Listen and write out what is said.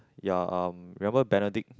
ya um remember Benedict